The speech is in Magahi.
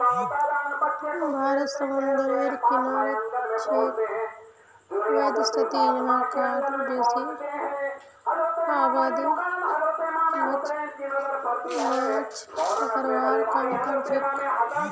भारत समूंदरेर किनारित छेक वैदसती यहां कार बेसी आबादी माछ पकड़वार काम करछेक